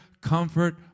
comfort